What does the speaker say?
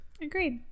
Agreed